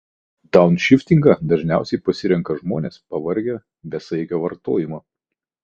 daunšiftingą dažniausiai pasirenka žmonės pavargę besaikio vartojimo